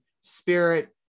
spirit